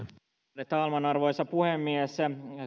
ärade talman arvoisa puhemies